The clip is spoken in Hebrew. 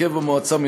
הרכב המועצה,